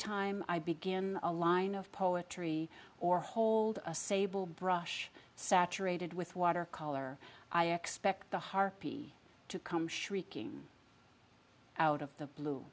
time i begin a line of poetry or hold a sable brush saturated with water color i expect the harpy to come shrieking out of the blue